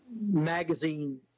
magazine